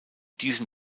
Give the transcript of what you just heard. diesem